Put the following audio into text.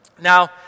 Now